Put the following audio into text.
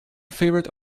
favorite